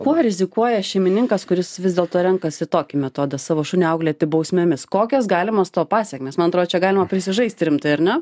kuo rizikuoja šeimininkas kuris vis dėlto renkasi tokį metodą savo šunį auklėti bausmėmis kokias galimas to pasekmes man atro čia galima prisižaist rimtai ar ne